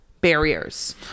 barriers